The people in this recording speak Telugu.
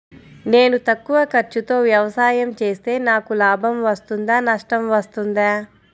నేను తక్కువ ఖర్చుతో వ్యవసాయం చేస్తే నాకు లాభం వస్తుందా నష్టం వస్తుందా?